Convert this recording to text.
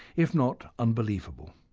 if not unbelievable.